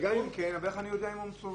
וגם אם כן, איך אני יודע אם הוא מצוות